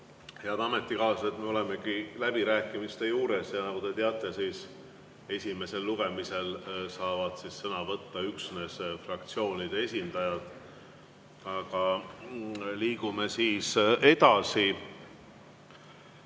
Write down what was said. Head ametikaaslased, me oleme läbirääkimiste juures ja nagu te teate, esimesel lugemisel saavad sõna võtta üksnes fraktsioonide esindajad. Aga liigume edasi.